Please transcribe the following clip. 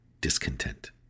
discontent